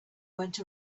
went